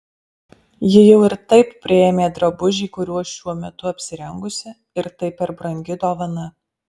ji jau ir taip priėmė drabužį kuriuo šiuo metu apsirengusi ir tai per brangi dovana